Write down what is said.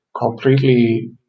completely